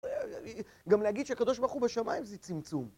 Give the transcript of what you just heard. גם להגיד שקדוש ברוך הוא בשמיים זה צמצום.